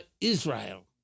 Israel